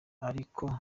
ariko